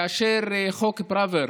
כאשר חוק פראוור